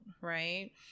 right